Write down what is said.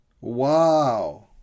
Wow